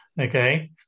Okay